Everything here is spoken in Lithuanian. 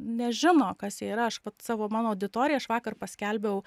nežino kas jie yra aš vat savo mano auditorija aš vakar paskelbiau